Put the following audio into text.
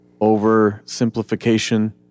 oversimplification